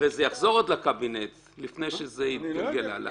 הרי זה יחזור עוד לקבינט לפני שזה יתגלגל הלאה.